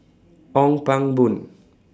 Ong Pang Boon